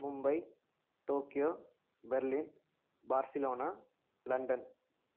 Mumbai Tokyo Berlin Barcelona London